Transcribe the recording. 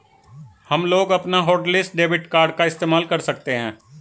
हमलोग अपना hotlist debit card का इस्तेमाल कर सकते हैं